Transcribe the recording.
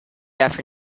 after